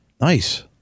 Nice